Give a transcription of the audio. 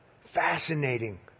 Fascinating